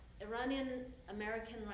Iranian-American